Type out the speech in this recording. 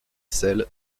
celle